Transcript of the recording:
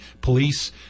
police